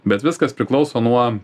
bet viskas priklauso nuo